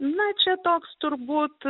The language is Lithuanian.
na čia toks turbūt